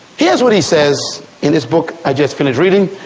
here's what he says in his book, i just finished reading,